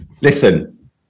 Listen